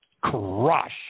crush